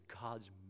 God's